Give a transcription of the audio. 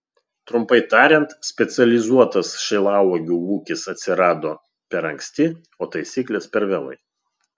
trumpai tariant specializuotas šilauogių ūkis atsirado per anksti o taisyklės per vėlai